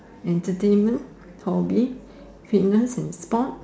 entertainment hobby fitness and sport